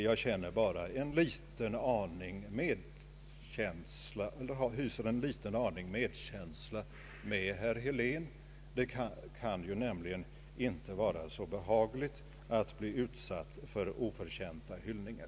Jag hyser bara en liten aning medkänsla med herr Helén. Det kan nämligen inte vara särskilt behagligt att bli utsatt för oförtjänta hyllningar.